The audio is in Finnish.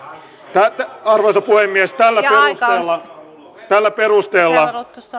arvoisa puhemies tällä perusteella